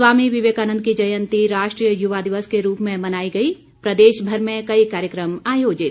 स्वामी विवेकानन्द की जयंती राष्ट्रीय युवा दिवस के रूप में मनाई गई प्रदेशभर में कई कार्यक्रम आयोजित